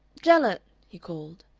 gellett, he called,